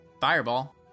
fireball